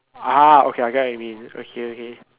ah okay I get what you mean okay okay